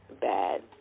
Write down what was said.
bad